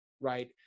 right